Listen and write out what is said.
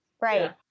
right